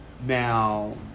now